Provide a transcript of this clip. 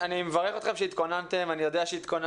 אני מברך אתכם על שהתכוננתם ואני יודע שהתכוננתם.